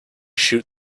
shoot